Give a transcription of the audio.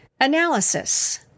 analysis